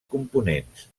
components